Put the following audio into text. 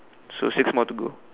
so six more to go